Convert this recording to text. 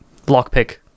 lockpick